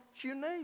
unique